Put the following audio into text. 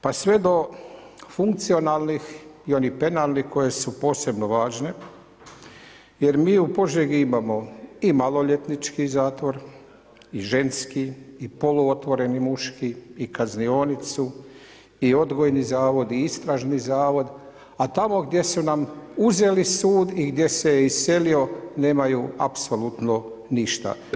Pa sve do funkcionalnih i onih penalnih koje su posebno važne, jer mi u Požegi imamo i maloljetnički zatvor i i ženski i poluotvoreni muški i kaznionicu i odgojni zavod i istražni zavod a tamo gdje su nam uzeli sud i gdje se iselio nemaju apsolutno ništa.